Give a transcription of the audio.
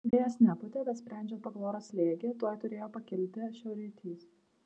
vėjas nepūtė bet sprendžiant pagal oro slėgį tuoj turėjo pakilti šiaurrytys